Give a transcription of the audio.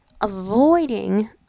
Avoiding